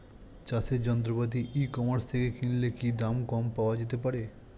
চাষের যন্ত্রপাতি e commerce থেকে কিনলে কি দাম কম পাওয়া যেতে পারে?